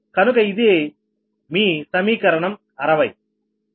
కనుక ఇదే మీ సమీకరణం 60